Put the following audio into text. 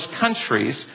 countries